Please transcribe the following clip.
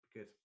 good